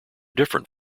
different